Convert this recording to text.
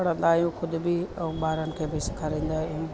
पढ़ंदा आहियूं ख़ुदि बि ऐं ॿारनि खे बि सेखारींदा आहियूं